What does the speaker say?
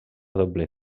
doble